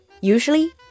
usually